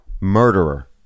murderer